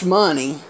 money